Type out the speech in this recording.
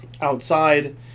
outside